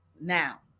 now